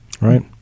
Right